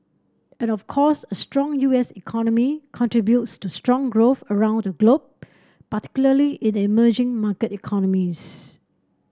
and of course a strong U S economy contributes to strong growth around the globe particularly in the emerging market economies